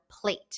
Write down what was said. plate